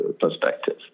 perspective